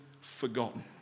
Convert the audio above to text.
forgotten